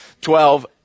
Twelve